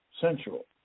sensual